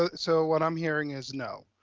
ah so, what i'm hearing is no.